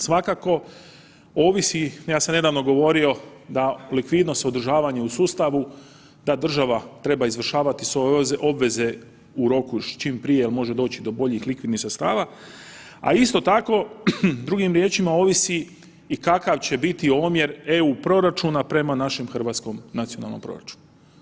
Svakako ovisi, ja sam nedavno govorio da likvidnost održavanja u sustavu da država treba izvršavati svoje obveze u roku čim prije jel može doći do boljih likvidnih sredstava, a isto tako drugim riječima ovisi i kakav će biti omjer EU proračuna prema našem hrvatskom nacionalnom proračunu.